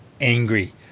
angry